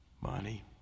money